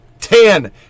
Ten